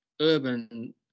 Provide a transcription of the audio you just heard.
urban